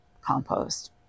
compost